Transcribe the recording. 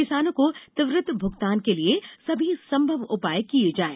किसानों को त्वरित भुगतान के लिए सभी संभव उपाय किये जाये